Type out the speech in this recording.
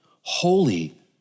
holy